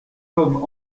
hommes